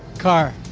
car.